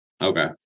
Okay